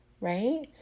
right